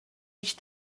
phd